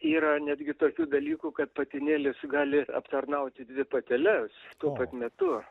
yra netgi tokių dalykų kad patinėlis gali aptarnauti dvi pateles tuo pat metu